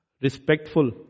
respectful